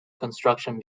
construction